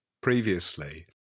previously